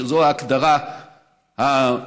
שזאת ההגדרה הטכנית